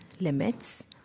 limits